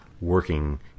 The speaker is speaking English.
working